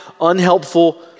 unhelpful